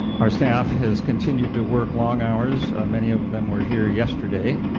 our staff has continued to work long hours, many of them were here yesterday,